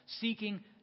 seeking